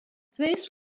this